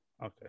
Okay